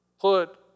put